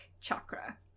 chakra